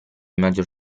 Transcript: maggior